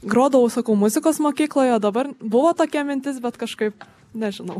grodavau sakau muzikos mokykloje o dabar buvo tokia mintis bet kažkaip nežinau